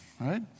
Right